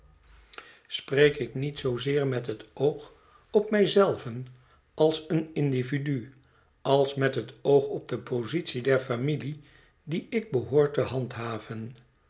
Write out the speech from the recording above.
spreek ik niet zoozeer met het oog op mij zelven als een individu als met het oog op de positie der familie die ik behoor te handhaven